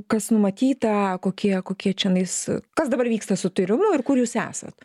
kas numatyta kokie kokie čionais kas dabar vyksta su tyrimu ir kur jūs esat